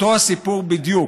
אותו הסיפור בדיוק: